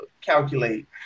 calculate